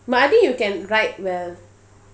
but I think you can write well